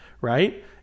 Right